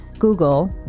Google